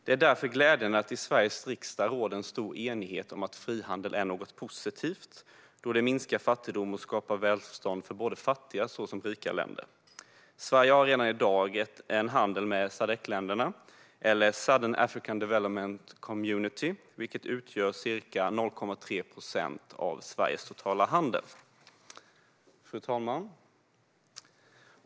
Det är därför glädjande att det i Sveriges riksdag råder en stor enighet om att frihandel är positivt, då det minskar fattigdom och skapar välstånd för såväl fattiga som rika länder. Sverige har redan i dag handel med Sadc-länderna, Southern African Developement Community, vilken utgör ca 0,3 procent av Sveriges totala handel. Fru talman!